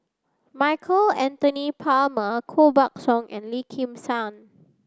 Michael Anthony Palmer Koh Buck Song and Lim Kim San